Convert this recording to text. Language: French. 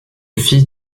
fils